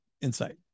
insight